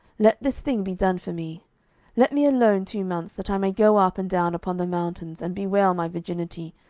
let this thing be done for me let me alone two months, that i may go up and down upon the mountains, and bewail my virginity,